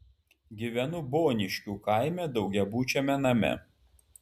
gyvenu boniškių kaime daugiabučiame name